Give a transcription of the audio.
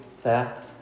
theft